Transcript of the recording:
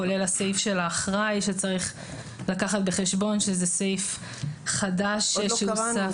כולל הסעיף של האחראי שצריך לקחת בחשבון שזה סעיף חדש שהוסף.